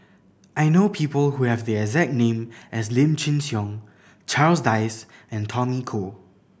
I know people who have the exact name as Lim Chin Siong Charles Dyce and Tommy Koh